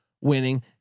winning